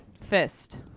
Fist